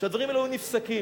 שהדברים האלה נפסקים,